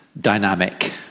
dynamic